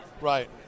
Right